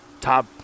top